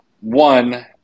One